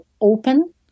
open